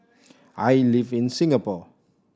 I live in Singapore